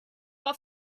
but